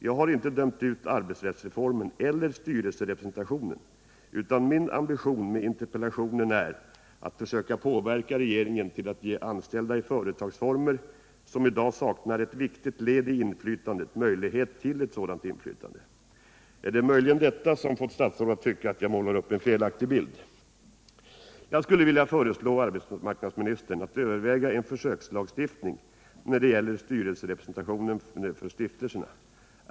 Jag har inte dömt ut arbetsrättsreformen eller styrelserepresentationen, utan min ambition med interpellationen är att försöka påverka regeringen att ge anställda i företagsformer, som i dag saknar ett viktigt led i inflytandet, möjlighet till ett sådant inflytande. Är det möjligen detta som fått statsrådet att tycka att jag målar upp en felaktig bild? Jag skulle vilja föreslå arbetsmarknadsministern att överväga en försöks 37 lagstiftning när det gäller styrelserepresentationen för stiftelserna.